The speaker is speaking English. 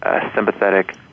sympathetic